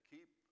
Keep